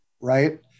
right